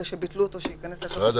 ברגע שביטלו אותו שייכנס באופן מיידי.